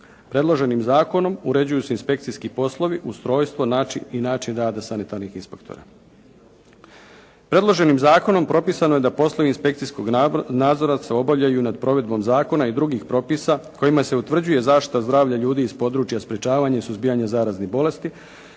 Predloženim zakonom uređuju se inspekcijski poslovi, ustrojstvo i način rada sanitarnih inspektora. Predloženim zakonom propisano je da poslovi inspekcijskog nadzora se obavljaju nad provedbom zakona i drugih propisa kojima se utvrđuje zaštita zdravlja ljudi iz područja sprječavanja i suzbijanja zaraznih bolesti,